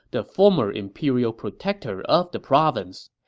the former imperial protector of the province.